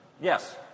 Yes